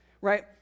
right